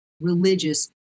religious